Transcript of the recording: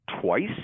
twice